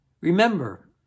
Remember